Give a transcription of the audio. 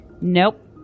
Nope